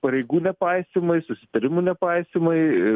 pareigų nepaisymai susitarimų nepaisymai